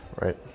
right